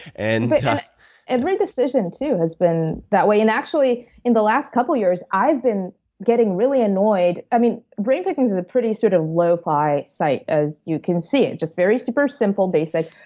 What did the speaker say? and but every decision, too, has been that way. and actually, in the last couple of years, i've been getting really annoyed i mean, brain pickings is a pretty sort of low-fi site. as you can see, it's just very simple, basic.